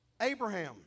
Abraham